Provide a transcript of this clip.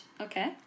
Okay